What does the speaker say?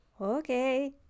Okay